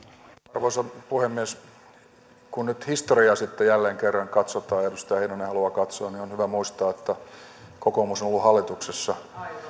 arvoisa puhemies kun nyt historiaa sitten jälleen kerran katsotaan edustaja heinonen haluaa katsoa niin on hyvä muistaa että kokoomus on ollut hallituksessa